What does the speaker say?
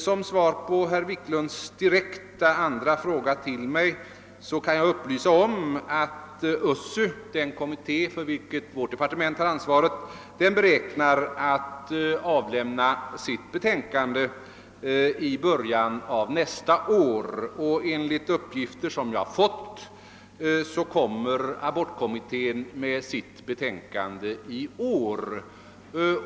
Som svar på herr Wiklunds direkta andra fråga till mig kan jag upplysa om att USSU — den kommitté för vilken vårt departement har ansvaret — beräknar att avlämna sitt betänkande i början av nästa år, och enligt uppgifter som jag har fått kommer abortkommittén att avge sitt betänkande i år.